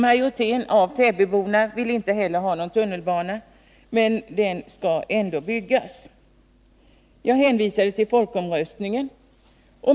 Majoriteten av täbyborna vill inte heller ha någon tunnelbana, men ändå skall den byggas. Jag hänvisade till folkomröstningen.